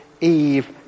Eve